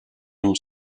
non